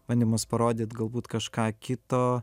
bandymas parodyt galbūt kažką kito